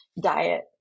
diet